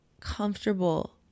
comfortable